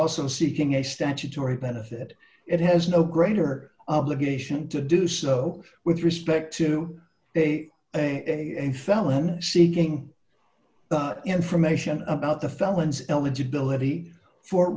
also seeking a statutory benefit it has no greater obligation to do so with respect to a felon seeking information about the felons eligibility for